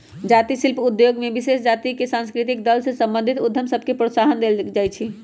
जाती शिल्प उद्योग में विशेष जातिके आ सांस्कृतिक दल से संबंधित उद्यम सभके प्रोत्साहन देल जाइ छइ